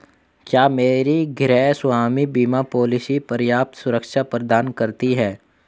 क्या मेरी गृहस्वामी बीमा पॉलिसी पर्याप्त सुरक्षा प्रदान करती है?